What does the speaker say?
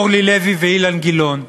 אורלי לוי ואילן גילאון?